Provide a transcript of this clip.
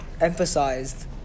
emphasized